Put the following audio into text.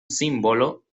símbolo